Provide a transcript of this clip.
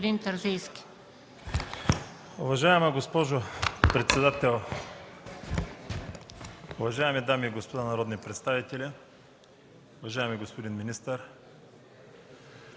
Уважаема госпожо председател, уважаеми дами и господа народни представители, уважаеми господин министър!